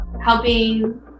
helping